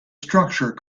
structure